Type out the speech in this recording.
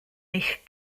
eich